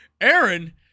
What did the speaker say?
Aaron